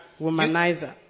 Womanizer